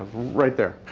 right there.